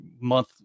month